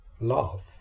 love